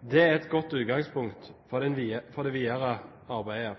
Det er et godt utgangspunkt for det videre arbeidet.